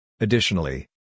Additionally